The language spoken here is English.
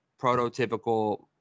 prototypical